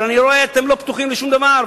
אבל אני רואה, אתם לא פתוחים לשום דבר.